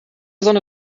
sonne